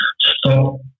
Stop